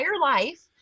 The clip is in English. life